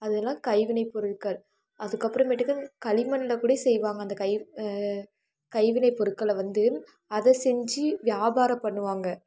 அது எல்லாம் கைவினைப்பொருட்கள் அதுக்கப்புறமேட்டுக்கு களிமண்ல கூட செய்வாங்க அந்த கை கைவினைப்பொருட்கள வந்து அதை செஞ்சு வியாபாரம் பண்ணுவாங்கள்